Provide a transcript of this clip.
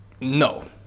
No